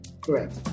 Correct